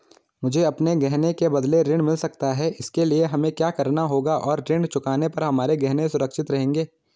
मुझे अपने गहने के बदलें ऋण मिल सकता है इसके लिए हमें क्या करना होगा और ऋण चुकाने पर हमारे गहने सुरक्षित रहेंगे?